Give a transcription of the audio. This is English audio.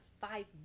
five